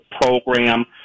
program